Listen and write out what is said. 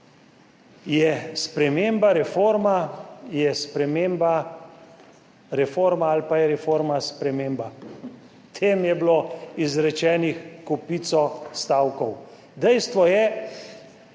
je sprememba, reforma je sprememba, reforma ali pa je reforma sprememba. Tem je bilo izrečenih kopico stavkov. Dejstvo je,